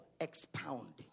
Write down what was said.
expounding